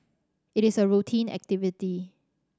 it is a routine activity